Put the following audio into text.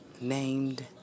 named